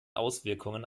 auswirkungen